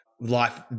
life